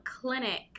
Clinic